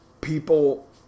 people